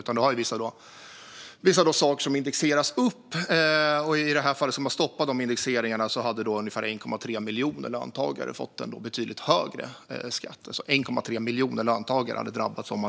Vi har vissa saker som indexeras upp. Om man hade stoppat dessa indexeringar hade ungefär 1,3 miljoner löntagare drabbats och fått en betydligt högre skatt.